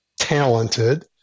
talented